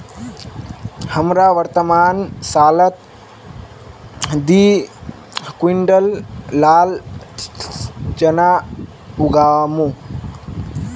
हमरा वर्तमान सालत दी क्विंटल लाल चना उगामु